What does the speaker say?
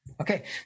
Okay